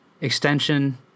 extension